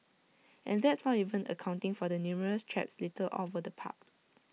and that's not even accounting for the numerous traps littered all over the park